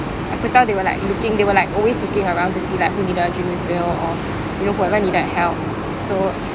I could tell they were like looking they were like always looking around to see like who needed a drink refill or you know whoever needed help so